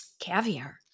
caviar